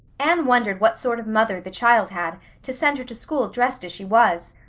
anne wondered what sort of mother the child had, to send her to school dressed as she was.